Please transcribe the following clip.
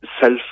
self